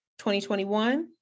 2021